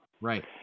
Right